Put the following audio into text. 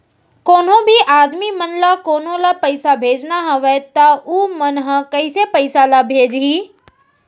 कोन्हों भी आदमी मन ला कोनो ला पइसा भेजना हवय त उ मन ह कइसे पइसा ला भेजही?